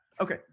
okay